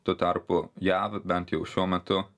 tuo tarpu jav bent jau šiuo metu